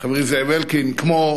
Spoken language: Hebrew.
חברי זאב אלקין, כמו